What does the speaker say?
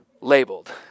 labeled